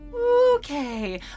Okay